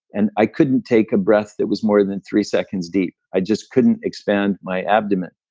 and i couldn't take a breath that was more than three-seconds deep. i just couldn't expand my abdomen.